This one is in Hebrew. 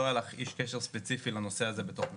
לא היה לך איש קשר ספציפי לנושא הזה בתוך הצבא.